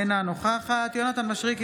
אינה נוכחת יונתן מישרקי,